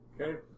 Okay